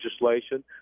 legislation